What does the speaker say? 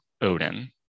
Odin